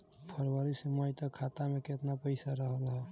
फरवरी से मई तक खाता में केतना पईसा रहल ह?